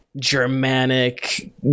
Germanic